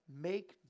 make